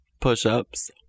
Push-ups